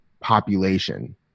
population